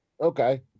Okay